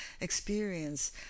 experience